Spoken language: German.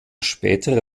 spätere